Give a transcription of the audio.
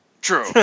True